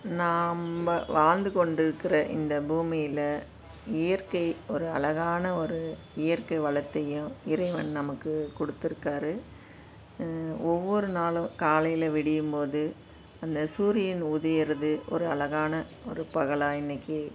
நாம் வாழ்ந்து கொண்டு இருக்கிற இந்த பூமியில் இயற்கை ஒரு அழகான ஒரு இயற்கை வளத்தையும் இறைவன் நமக்கு கொடுத்துருக்காரு ஒவ்வொரு நாளும் காலையில் விடியும் போது அந்த சூரியன் உதிகிறது ஒரு அழகான ஒரு பகலாக இன்றைக்கு